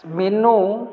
ਮੈਨੂੰ